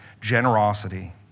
generosity